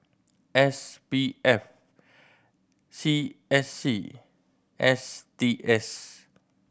S P F C S C S T S